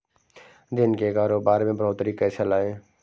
दिन के कारोबार में बढ़ोतरी कैसे लाएं?